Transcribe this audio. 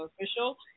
Official